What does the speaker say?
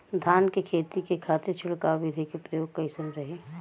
धान के खेती के खातीर छिड़काव विधी के प्रयोग कइसन रही?